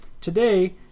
today